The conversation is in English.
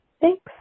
Thanks